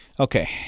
Okay